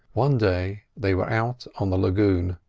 one day they were out on the lagoon.